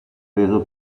reso